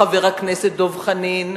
חבר הכנסת דב חנין,